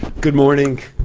good morning.